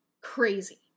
crazy